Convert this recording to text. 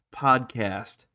Podcast